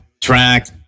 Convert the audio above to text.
track